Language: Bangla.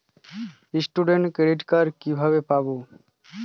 স্টুডেন্ট ক্রেডিট কার্ড কিভাবে পাব?